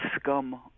scum